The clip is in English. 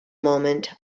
moment